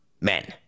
men